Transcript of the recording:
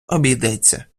обійдеться